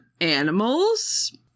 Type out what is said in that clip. animals